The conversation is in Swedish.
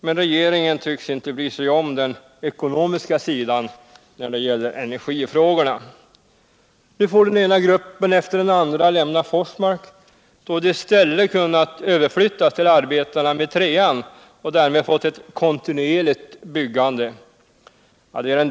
Men regeringen tvcks inte bry sig om den ekonomiska sidan niär det gäller enoergifrågorna. Nu får den ena gruppen efter den andra lämna Forsmark — då de i stället kunnat överflyttas till arbetena med trean och därmed fått ett kontinuerligt byggande.